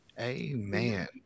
Amen